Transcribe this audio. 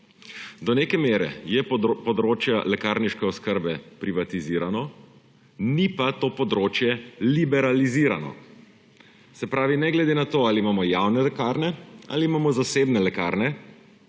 Do neke mere je področje lekarniške oskrbe privatizirano, ni pa to področje liberalizirano. Se pravi, ne glede na to, ali imamo javne lekarne ali imamo zasebne lekarne,